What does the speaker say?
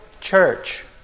church